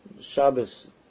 Shabbos